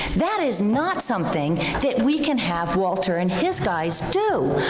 that is not something that we can have walter and his guys do,